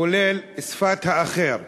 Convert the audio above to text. כוללת את הכרת שפת האחר?